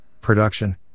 production